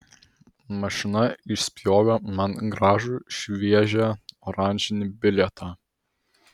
mašina išspjovė man gražų šviežią oranžinį bilietą